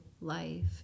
life